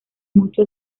mucho